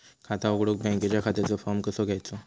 खाता उघडुक बँकेच्या खात्याचो फार्म कसो घ्यायचो?